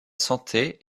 santé